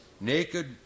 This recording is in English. Naked